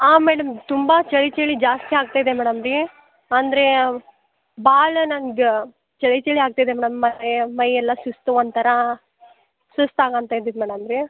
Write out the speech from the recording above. ಹಾಂ ಮೇಡಮ್ ತುಂಬ ಚಳಿ ಚಳಿ ಜಾಸ್ತಿ ಆಗ್ತೈತೆ ಮೇಡಮ್ ರೀ ಅಂದ್ರೆ ಭಾಳ ನನಗೆ ಚಳಿ ಚಳಿ ಆಗ್ತಿದೆ ಮೇಡಮ್ ಮತ್ತು ಮೈಯೆಲ್ಲ ಸುಸ್ತು ಒಂಥರ ಸುಸ್ತು ಆಗಾಂತ ಇದ್ದಿತ್ತು ಮೇಡಮ್ ರೀ